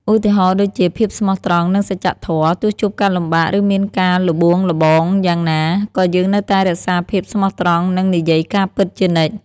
ឧទាហរណ៍ដូចជា ភាពស្មោះត្រង់ និងសច្ចៈធម៌ ទោះជួបការលំបាក ឬមានការល្បួងល្បងយ៉ាងណា ក៏យើងនៅតែរក្សាភាពស្មោះត្រង់ និងនិយាយការពិតជានិច្ច។